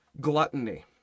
gluttony